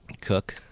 Cook